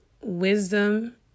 wisdom